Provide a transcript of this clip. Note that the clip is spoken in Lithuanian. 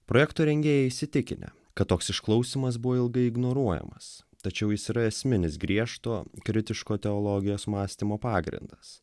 projekto rengėjai įsitikinę kad toks išklausymas buvo ilgai ignoruojamas tačiau jis yra esminis griežto kritiško teologijos mąstymo pagrindas